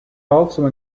also